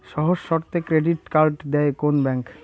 সহজ শর্তে credit card দেয় কোন ব্যাংক?